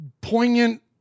poignant